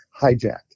hijacked